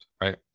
right